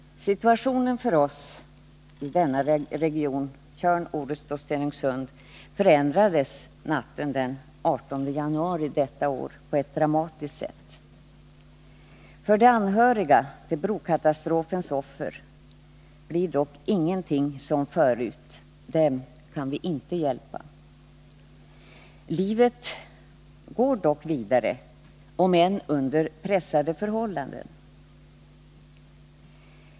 Situationen för oss i denna region — Tjörn, Orust och Stenungsund — förändrades på ett dramatiskt sätt natten den 18 januari i år. För de anhöriga till brokatastrofens offer blir ingenting som förut, dem kan vi inte hjälpa. Livet går dock vidare, om än under pressade förhållanden.